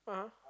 (uh huh)